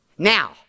Now